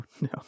no